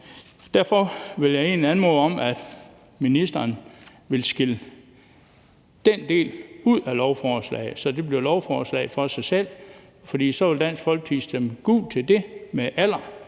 Derfor vil jeg egentlig anmode om, at ministeren vil skille den del ud af lovforslaget, så det bliver et lovforslag for sig selv. Så vil Dansk Folkeparti stemme gult til det med alder,